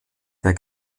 der